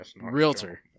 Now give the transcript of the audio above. realtor